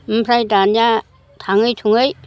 ओमफ्राय दानिया थाङै थुङै